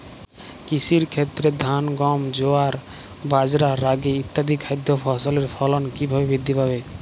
কৃষির ক্ষেত্রে ধান গম জোয়ার বাজরা রাগি ইত্যাদি খাদ্য ফসলের ফলন কীভাবে বৃদ্ধি পাবে?